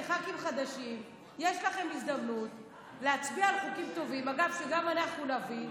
כח"כים חדשים יש לכם הזדמנות להצביע על חוקים טובים שגם אנחנו נביא,